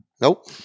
Nope